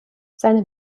seine